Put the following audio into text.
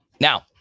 Now